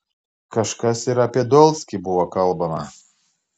kažkas ir apie dolskį buvo kalbama